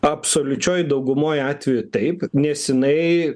absoliučioj daugumoj atvejų taip nes jinai